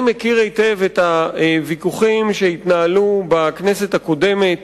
אני מכיר היטב את הוויכוחים שהתנהלו בכנסת הקודמת